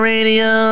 Radio